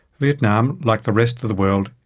vietnam, like the rest of the world,